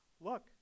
look